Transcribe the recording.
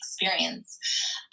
experience